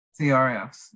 CRFs